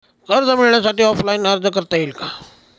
कर्ज मिळण्यासाठी ऑफलाईन अर्ज करता येईल का?